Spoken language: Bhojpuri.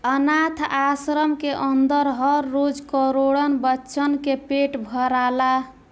आनाथ आश्रम के अन्दर हर रोज करोड़न बच्चन के पेट भराला